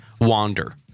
wander